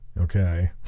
okay